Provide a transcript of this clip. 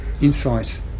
insight